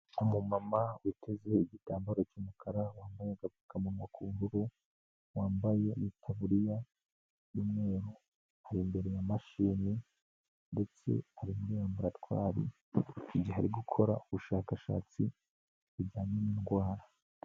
Umumama uteze igitambaro cy'umukara wambaye agapfukamunwa k'ubururu, wambaye itaburiya y'umweru, ari imbere ya mashini ndetse ari muri raburatwari, igihe ari gukora ubushakashatsi bujyanye n'indwara.